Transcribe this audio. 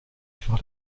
vor